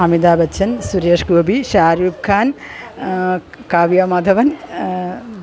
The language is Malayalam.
അമിതാബ് ബച്ചൻ സുരേഷ്ഗോപി ഷാരൂഖാൻ കാവ്യാമാധവൻ